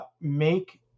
make